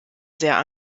sehr